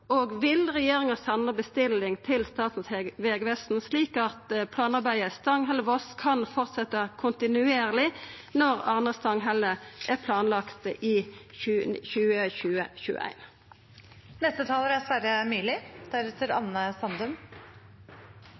Og vil regjeringa senda bestilling til Statens vegvesen, slik at planarbeidet Stanghelle–Voss kan fortsetja kontinuerleg når Arna-Stanghelle er planlagt i 2020–2021? I morgen starter fasten. Nå er